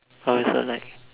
I also like